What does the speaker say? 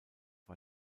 war